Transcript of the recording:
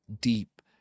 deep